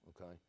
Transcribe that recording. okay